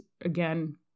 again